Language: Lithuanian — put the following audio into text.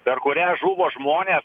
per kurią žuvo žmonės